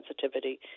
sensitivity